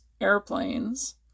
airplanes